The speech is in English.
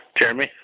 Jeremy